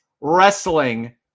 Wrestling